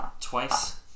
twice